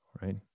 right